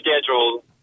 schedule